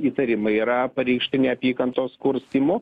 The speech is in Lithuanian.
įtarimai yra pareikšti neapykantos kurstymu